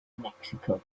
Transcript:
mexico